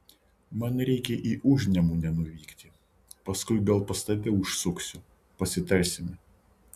man reikia į užnemunę nuvykti paskui gal pas tave užsuksiu pasitarsime